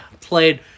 played